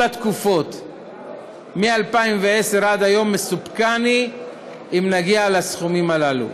התקופות מ-2010 עד היום מסופקני אם נגיע לסכומים הללו.